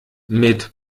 mit